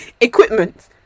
equipment